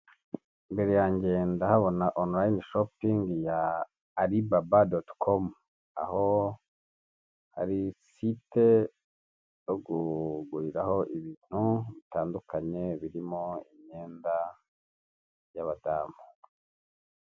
Imbere yanjye ndahabona onolayini shopingi ya alibaba doti komu. Aho ari site yo kuguriraho ibintu bitandukanye birimo imyenda y'abadamu.